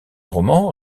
romans